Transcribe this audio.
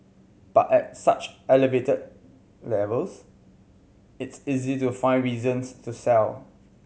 but at such elevated levels it's easy to find reasons to sell